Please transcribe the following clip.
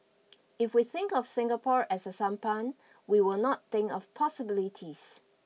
if we think of Singapore as a sampan we will not think of possibilities